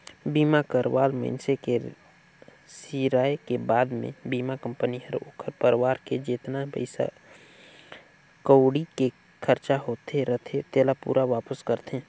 बीमा करवाल मइनसे के सिराय के बाद मे बीमा कंपनी हर ओखर परवार के जेतना पइसा कउड़ी के खरचा होये रथे तेला पूरा वापस करथे